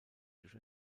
durch